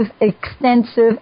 extensive